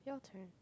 your turn